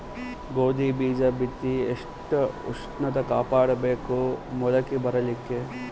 ಗೋಧಿ ಬೀಜ ಬಿತ್ತಿ ಎಷ್ಟ ಉಷ್ಣತ ಕಾಪಾಡ ಬೇಕು ಮೊಲಕಿ ಬರಲಿಕ್ಕೆ?